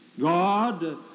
God